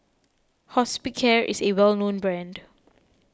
Hospicare is a well known brand